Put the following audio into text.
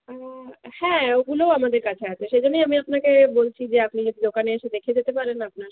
হ্যাঁ ওগুলোও আমাদের কাছে আছে সেই জন্যই আমি আপনাকে বলছি যে আপনি যদি দোকানে এসে দেখে যেতে পারেন আপনার